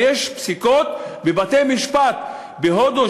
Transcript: ויש פסיקות בבתי-משפט בהודו,